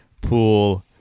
pool